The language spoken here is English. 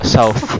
South